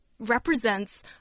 represents